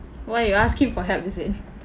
why you ask him for help is it